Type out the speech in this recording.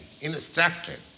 instructed